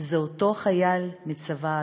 זה אותו חייל מהצבא האדום.